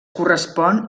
correspon